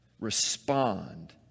respond